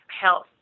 health